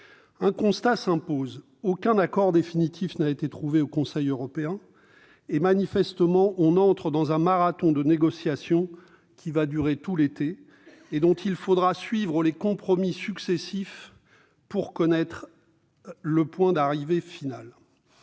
Un constat s'impose : aucun accord définitif n'a été trouvé au Conseil européen. On entre manifestement dans un marathon de négociations qui va durer tout l'été, et dont il faudra suivre les compromis successifs pour se faire une idée finale.